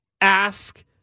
ask